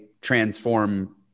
transform